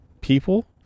people